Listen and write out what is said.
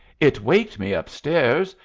it waked me up-stairs,